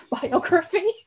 biography